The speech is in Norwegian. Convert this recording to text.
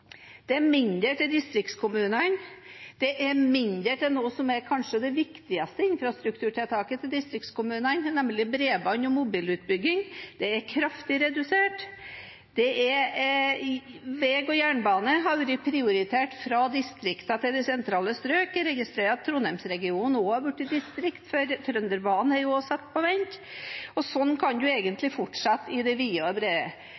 Det er mindre til distriktskommunene, og det er mindre til noe som er kanskje det viktigste infrastrukturtiltaket til distriktskommunene, nemlig bredbånds- og mobilutbygging – det er kraftig redusert. Vei og jernbane er blitt prioritert over fra distriktene og til sentrale strøk. Jeg registrerer at Trondheims-regionen også er blitt distrikt, for Trønderbanen er også satt på vent. Slik kan man egentlig fortsette i det vide og det brede.